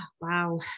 wow